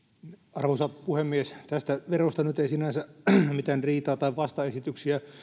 arvoisa puhemies tästä verosta nyt ei sinänsä mitään riitaa tai vastaesityksiä